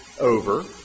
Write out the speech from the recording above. over